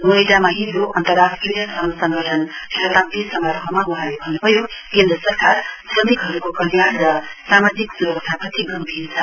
नोएडामा हिजो अन्तर्राष्ट्रिय श्रम संगठन शताब्दी समाहरोहमा वहाँले भन्नुभयो केन्द्र सरकार श्रमिकहरुको कल्याण र समाजिक सुरक्षाप्रति गम्भीर छ